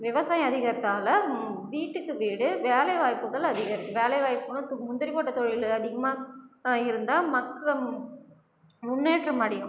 விவசாயம் அதிகரித்தால் வீட்டுக்கு வீடு வேலைவாய்ப்புகள் அதிகரிக்கும் வேலைவாய்ப்புனா முந்திரி கொட்டை தொழில் அதிகமாக இருந்தால் மக்கள் முன்னேற்றம் அடையும்